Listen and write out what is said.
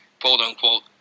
quote-unquote